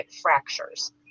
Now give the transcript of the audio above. fractures